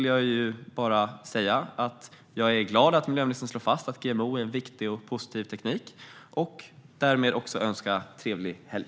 Jag är glad att miljöministern slår fast att GMO är en viktig och positiv teknik. Jag önskar henne också en trevlig helg.